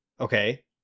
Okay